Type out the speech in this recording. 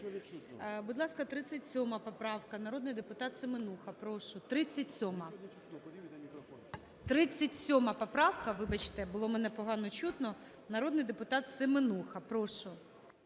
Будь ласка, 37 поправка, народний депутатСеменуха, прошу, 37-а, 37 поправка, вибачте, було мене погано чутно, народний депутат Семенуха, прошу.